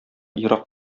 ерак